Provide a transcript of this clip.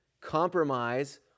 compromise